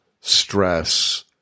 stress